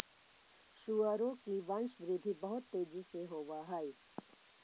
सुअरों की वंशवृद्धि बहुत तेजी से होव हई